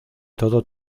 todo